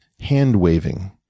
hand-waving